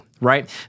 right